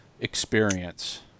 experience